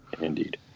Indeed